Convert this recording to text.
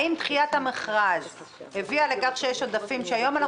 האם דחיית המכרז הביאה לכך שיש עודפים שהיום אנחנו